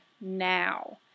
now